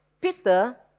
Peter